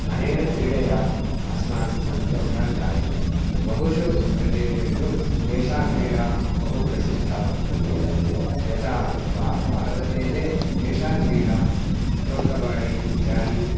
अनेन क्रीडया अस्माभिः सन्तोषः जायते बहुषु प्रदेशेषु एषा क्रीडा बहु प्रसिद्धा वर्तते यथा बा भारतदेशे एषा क्रीडा प्रो कबाडि इत्यादि